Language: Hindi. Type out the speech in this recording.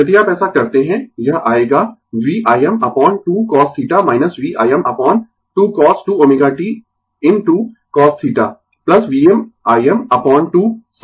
यदि आप ऐसा करते है यह आएगा VmIm upon 2 cos θ VmIm upon 2 cos 2 ω t into cos θ VmIm upon 2 sin 2ω t into sin θ